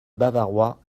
bavarois